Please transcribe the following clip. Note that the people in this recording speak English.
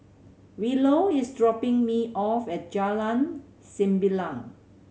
Willow is dropping me off at Jalan Sembilang